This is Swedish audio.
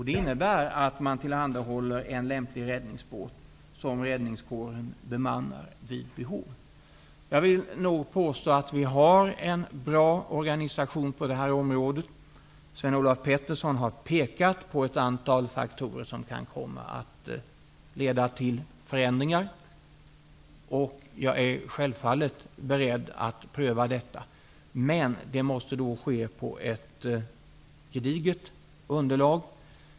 Det innebär att man tillhandahåller en lämplig räddningsbåt, som räddningskåren vid behov bemannar. Jag vill påstå att organisationen på det här området är bra. Sven-Olof Petersson har pekat på ett antal faktorer som kan komma att leda till förändringar. Jag är självfallet beredd att pröva detta, men det måste då ske på grundval av ett gediget underlag.